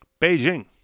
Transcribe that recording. Beijing